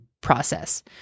process